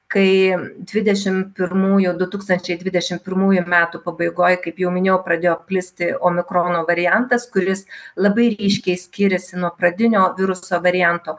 kai dvidešim pirmųjų du tūkstančiai dvidešim pirmųjų metų pabaigoj kaip jau minėjau pradėjo plisti omikrono variantas kuris labai ryškiai skyrėsi nuo pradinio viruso varianto